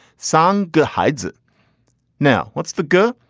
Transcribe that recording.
some good hides. now, what's the good?